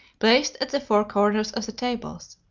placed at the four corners of the tables.